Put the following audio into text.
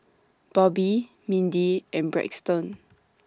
Bobbi Mindi and Braxton